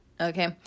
okay